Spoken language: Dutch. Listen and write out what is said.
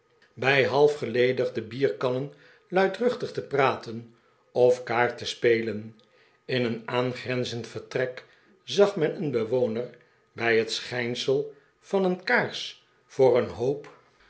bij half ge ledigde bierkannen luidruchtig te praten of kaart te spelen in een aarigrenzend vertrek zag men een bewoner bij het schijnsel van een kaars voor een hoop